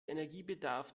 energiebedarf